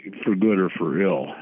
for good or for ill,